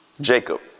Jacob